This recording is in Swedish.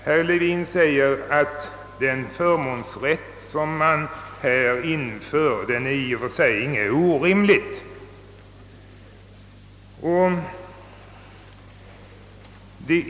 Herr Levin säger att den förmånsrätt som man här vill införa i och för sig inte är något orimligt.